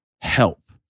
help